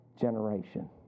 generation